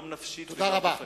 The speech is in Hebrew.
גם נפשית וגם גופנית.